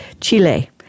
Chile